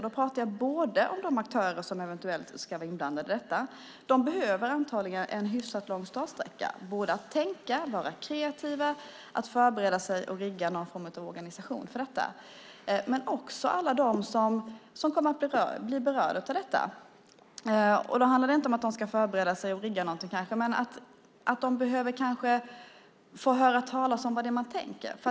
Då avser jag även de aktörer som eventuellt ska vara inblandade i detta. Också de behöver antagligen en hyfsat lång startsträcka för att tänka, vara kreativa, förbereda sig och rigga någon form av organisation för detta. Men jag avser också alla andra som kommer att bli berörda. Det handlar då inte om att de ska förbereda sig och rigga något, men de kan behöva få höra vad det är man tänker sig.